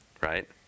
right